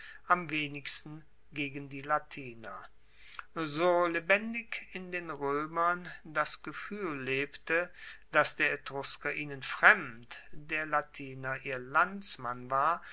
am wenigsten gegen die latiner so lebendig in den roemern das gefuehl lebte dass der etrusker ihnen fremd der latiner ihr landsmann war